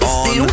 on